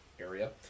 area